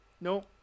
No